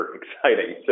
exciting